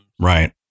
Right